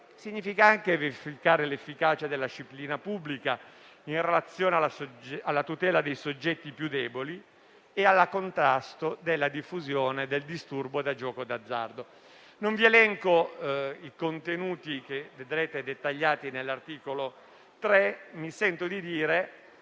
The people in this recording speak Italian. normativo, e verificare l'efficacia della disciplina pubblica in relazione alla tutela dei soggetti più deboli e al contrasto della diffusione del disturbo da gioco d'azzardo. Colleghi, non elenco i contenuti, che vedrete dettagliati nell'articolo 3 del testo al nostro